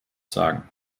sagen